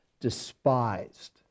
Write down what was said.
despised